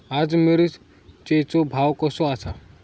आज मिरचेचो भाव कसो आसा?